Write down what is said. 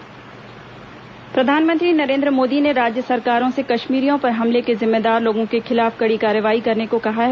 प्रधानमंत्री सभा प्रधानमंत्री नरेन्द्र मोदी ने राज्य सरकारों से कश्मीरियों पर हमले के जिम्मेदार लोगों के खिलाफ कड़ी कार्रवाई करने को कहा है